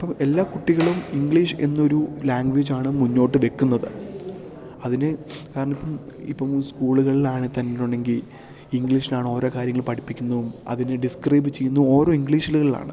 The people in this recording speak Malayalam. ഇപ്പം എല്ലാ കുട്ടികളും ഇംഗ്ലീഷ് എന്നൊരു ലാംഗ്വേജാണ് മുന്നോട്ട് വെക്കുന്നത് അതിന് കാരണം ഇപ്പം ഇപ്പം സ്കൂളുകളിലാണേൽ തന്നെന്നുണ്ടെങ്കില് ഇംഗ്ലീഷിലാണ് കാര്യങ്ങള് പഠിപ്പിക്കുന്നത് അതിനെ ഡിസ്ക്രൈബ് ചെയ്യുന്നു ഓരോ ഇംഗ്ലീഷുകളിലാണ്